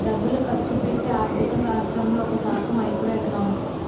డబ్బులు ఖర్చుపెట్టే ఆర్థిక శాస్త్రంలో ఒకశాఖ మైక్రో ఎకనామిక్స్